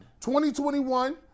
2021